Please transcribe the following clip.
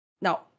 Now